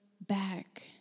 back